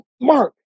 Mark